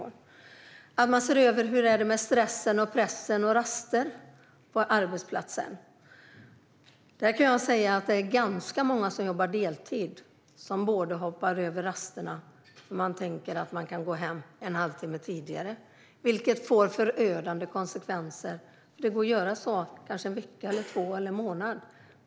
Man bör också se över hur det är med stressen, pressen och raster på arbetsplatsen. Det är ganska många som jobbar deltid som hoppar över rasterna för att kunna gå hem en halvtimme tidigare, vilket kan få förödande konsekvenser. Det fungerar i en eller två veckor eller en månad.